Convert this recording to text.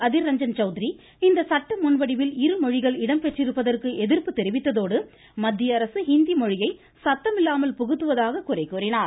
அதிர் ரஞ்சன் சௌத்ரி இந்த சட்ட முன்வடிவில் இரு மொழிகள் இடம் பெற்றிருப்பதற்கு எதிர்ப்பு தெரிவித்ததோடு மத்திய அரசு ஹிந்தி மொழியை சத்தமில்லாமல் புகுத்துவதாக குறை கூறினார்